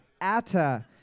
Atta